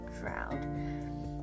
drowned